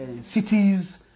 cities